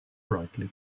brightly